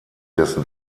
dessen